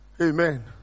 Amen